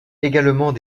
également